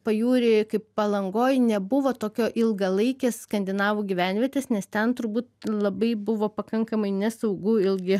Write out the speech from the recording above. pajūry kaip palangoj nebuvo tokio ilgalaikės skandinavų gyvenvietės nes ten turbūt labai buvo pakankamai nesaugu ilgai